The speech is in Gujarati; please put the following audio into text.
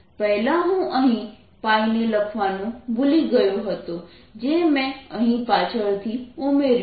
પહેલા હું અહીં ને લખવાનું ભુલી ગયો હતો જે મેં અહીં પાછળ થી ઉમેર્યું છે